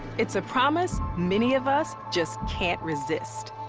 it's a promise many of us just can't resist.